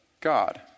God